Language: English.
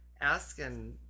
asking